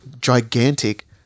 gigantic